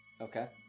Okay